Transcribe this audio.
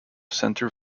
center